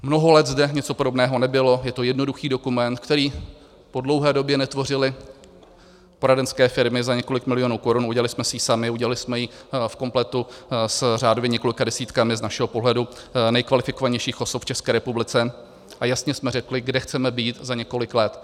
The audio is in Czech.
Mnoho let zde něco podobného nebylo, je to jednoduchý dokument, který po dlouhé době netvořily poradenské firmy za několik milionů korun, udělali jsme si ji sami, udělali jsme ji v kompletu s řádově několika desítkami z našeho pohledu nejkvalifikovanějších osob v České republice a jasně jsme řekli, kde chceme být za několik let.